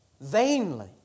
Vainly